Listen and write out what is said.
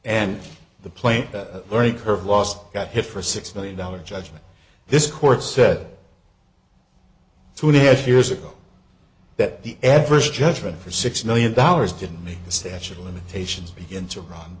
and the plant that learning curve lost got hit for six million dollars judgment this court said two and a half years ago that the adverse judgment for six million dollars didn't make the statute of limitations begin to run